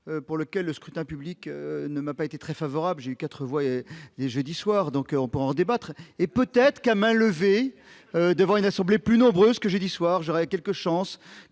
pour lequel le scrutin public ne m'a pas été très favorable, j'ai eu 4 voies et dès jeudi soir, donc on peut en débattre, et peut-être qu'à main levée, devant une assemblée plus nombreuses que j'ai histoire j'aurais quelques chances